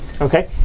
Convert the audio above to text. Okay